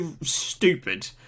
stupid